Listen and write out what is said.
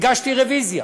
הגשתי רוויזיה.